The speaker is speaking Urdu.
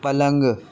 پلنگ